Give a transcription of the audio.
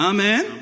Amen